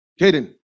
Caden